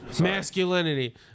Masculinity